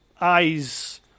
eyes